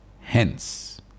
Hence